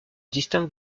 distingue